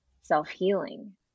self-healing